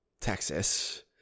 Texas